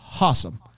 awesome